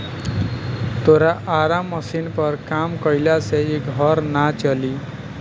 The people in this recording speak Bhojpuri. तोरा आरा मशीनी पर काम कईला से इ घर ना चली